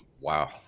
Wow